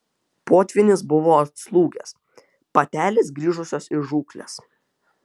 potvynis buvo atslūgęs patelės grįžusios iš žūklės